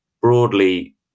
broadly